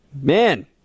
man